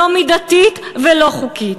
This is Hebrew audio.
לא מידתית ולא חוקית.